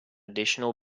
additional